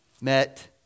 met